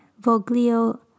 voglio